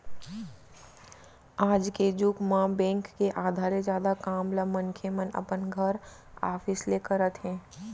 आज के जुग म बेंक के आधा ले जादा काम ल मनखे मन अपन घर, ऑफिस ले करत हे